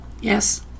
Yes